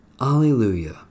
Alleluia